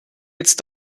jetzt